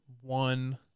one